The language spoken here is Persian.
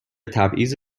تبعیض